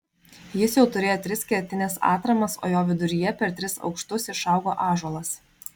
jis jau turėjo tris kertines atramas o jo viduryje per tris aukštus išaugo ąžuolas